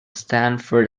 stanford